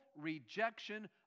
rejection